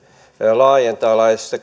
laajentaa